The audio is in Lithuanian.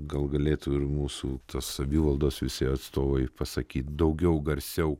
gal galėtų ir mūsų savivaldos visi atstovai pasakyt daugiau garsiau